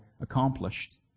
accomplished